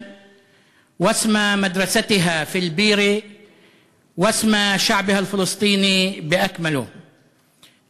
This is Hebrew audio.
שהיה שרוי באלימות הכיבוש והדיכוי ושממנו יצאו חלוצי חירות ובעלי נתינה.